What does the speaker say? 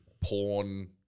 porn